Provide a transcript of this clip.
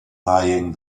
eyeing